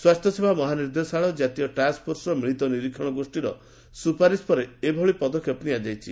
ସ୍ୱାସ୍ଥ୍ୟସେବା ମହାନିର୍ଦ୍ଦେଶାଳୟ କାତୀୟ ଟାସ୍କ ଫୋର୍ସର ମିଳିତ ନିରୀକ୍ଷଣ ଗୋଷୀର ସ୍ୱପାରିସ୍ ପରେ ଏଭଳି ପଦକ୍ଷେପ ନିଆଯାଇଛି